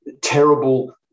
terrible